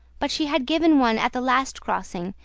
but she had given one at the last crossing,